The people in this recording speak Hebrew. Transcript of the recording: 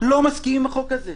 לא מסכים עם החוק הזה.